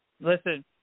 Listen